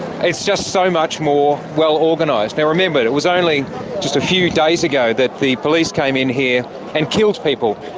is just so much more well organised. now, remember it it was only just a few days ago that the police came in here and killed people.